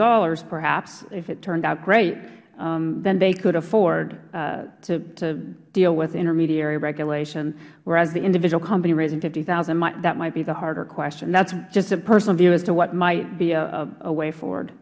dollars perhaps if it turned out great then they could afford to deal with intermediary regulation whereas the individual company raising fifty thousand dollars that might be the harder question that's just a personal view as to what might be a way forward